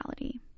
reality